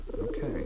Okay